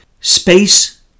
space